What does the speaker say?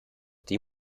die